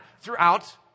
throughout